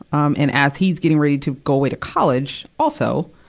um and as he's getting ready to go away to college, also,